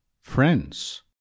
friends